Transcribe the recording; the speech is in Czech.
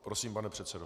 Prosím, pane předsedo.